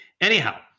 Anyhow